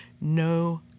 no